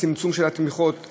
הצמצום של התמיכות,